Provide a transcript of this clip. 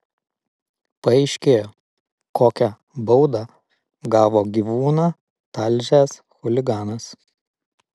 paaiškėjo kokią baudą gavo gyvūną talžęs chuliganas